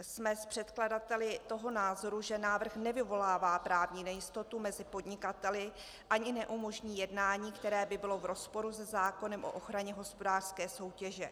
Jsme s předkladateli toho názoru, že návrh nevyvolává právní nejistotu mezi podnikateli ani neumožní jednání, které by bylo v rozporu se zákonem o ochraně hospodářské soutěže.